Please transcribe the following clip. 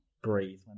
Breathe